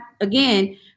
again